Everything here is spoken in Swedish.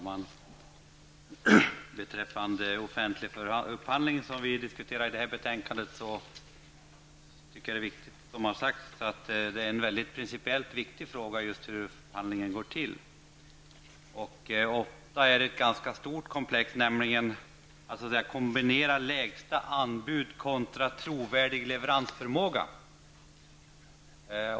Fru talman! Hur offentlig upphandling, som vi diskuterar i det här betänkandet, går till är, som här har sagts, en principiellt viktig fråga. Ofta är det ett ganska stort komplex. Det är fråga om att kombinera lägsta anbud med trovärdig leveransförmåga.